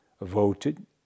voted